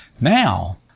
Now